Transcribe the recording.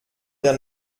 der